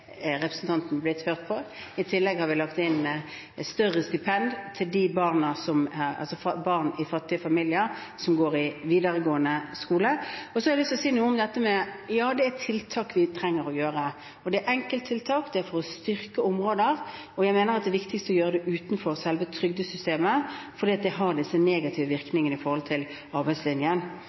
representanten blitt hørt på. I tillegg har vi lagt inn større stipend til barn fra fattige familier som går på videregående skole. Jeg har også lyst til å si at ja, det er tiltak vi trenger å sette i verk. Det er enkelttiltak, det er tiltak for å styrke områder, og jeg mener at det viktigste er å gjøre det utenfor selve trygdesystemet, fordi det har negative virkninger i forhold til arbeidslinjen.